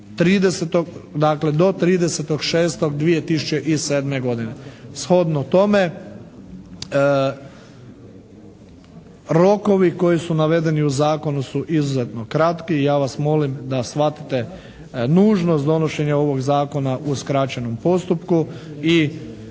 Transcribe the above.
do 30.6.2007. godine. Shodno tome rokovi koji su navedeni u zakonu su izuzetno kratki i ja vas molim da shvatite nužnost donošenja ovog Zakona u skraćenom postupku i